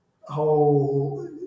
whole